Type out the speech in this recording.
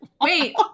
wait